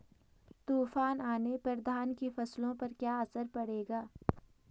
तूफान आने पर धान की फसलों पर क्या असर पड़ेगा?